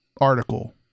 article